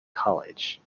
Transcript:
college